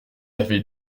avait